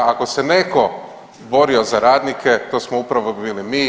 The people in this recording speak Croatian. Ako se netko borio za radnike to smo upravo bili mi.